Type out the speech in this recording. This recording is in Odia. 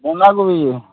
ବନ୍ଧାକୋବି